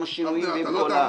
עם השינויים ועם כל הכללים.